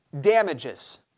damages